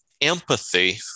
empathy